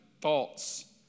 Thoughts